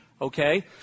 Okay